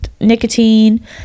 nicotine